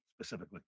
specifically